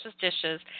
dishes